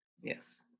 Yes